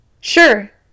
Sure